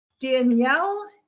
danielle